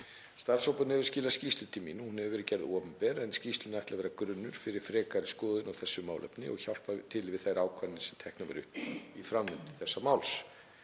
Starfshópurinn hefur skilað skýrslu til mín og hún hefur nú verið gerð opinber en skýrslunni er ætlað að vera grunnur fyrir frekari skoðun á þessu málefni og hjálpa til við þær ákvarðanir sem teknar verða um framvindu þessa máls.